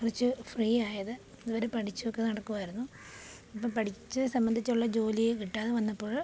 കുറച്ച് ഫ്രീ ആയത് അതുവരെ പഠിച്ചൊക്കെ നടക്കുവായിരുന്നു അപ്പോള് പഠിച്ച് സംബന്ധിച്ചുള്ള ജോലിയെ കിട്ടാതെ വന്നപ്പോള്